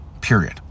period